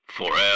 Forever